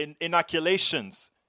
inoculations